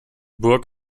burg